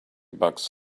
bucks